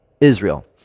Israel